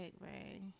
right